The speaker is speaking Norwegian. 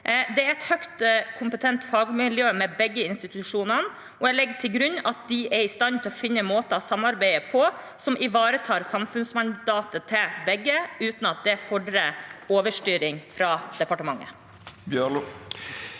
spørretime 2023 kompetent fagmiljø ved begge institusjonene, og jeg legger til grunn at de er i stand til å finne måter å samarbeide på som ivaretar samfunnsmandatet til begge, uten at det fordrer overstyring fra departementet.